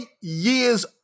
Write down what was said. years